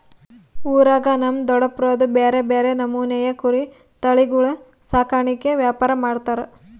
ಊರಾಗ ನಮ್ ದೊಡಪ್ನೋರ್ದು ಬ್ಯಾರೆ ಬ್ಯಾರೆ ನಮೂನೆವು ಕುರಿ ತಳಿಗುಳ ಸಾಕಾಣಿಕೆ ವ್ಯಾಪಾರ ಮಾಡ್ತಾರ